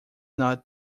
not